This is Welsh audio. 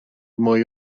mwy